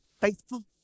faithful